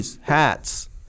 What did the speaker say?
hats